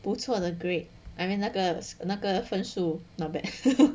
不错的 grade I mean 那个那个分数 not bad